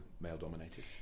male-dominated